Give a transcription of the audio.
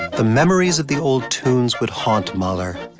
the memories of the old tunes would haunt mahler,